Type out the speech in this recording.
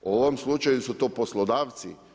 u ovom slučaju su to poslodavci.